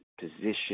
position